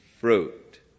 fruit